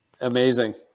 Amazing